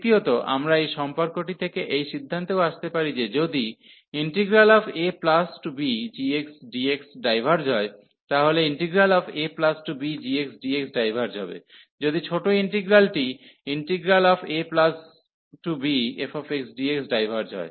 দ্বিতীয়ত আমরা এই সম্পর্কটি থেকে এই সিদ্ধান্তেও আসতে পারি যে যদি abgxdx ডাইভার্জ হয় তাহলে abgxdx ডাইভার্জ হবে যদি ছোট ইন্টিগ্রালটি abfxdx ডাইভার্জ হয়